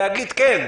להגיד: כן,